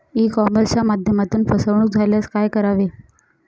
E कॉमर्सच्या माध्यमातून फसवणूक झाल्यास काय करावे?